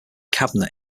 cabinet